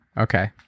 okay